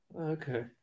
Okay